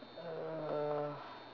uh